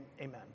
amen